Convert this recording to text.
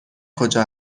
کجا